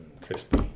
Crispy